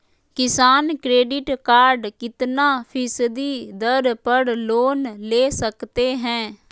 किसान credit card कितना फीसदी दर पर लोन ले सकते हैं?